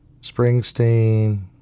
Springsteen